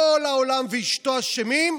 כל העולם ואשתו אשמים,